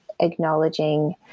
acknowledging